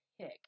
pick